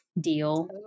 deal